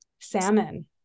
salmon